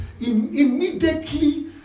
immediately